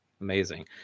Amazing